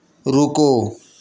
ਰੁਕੋ